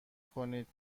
کنید